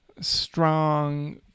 strong